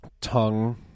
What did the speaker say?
tongue